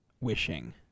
Wishing